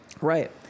Right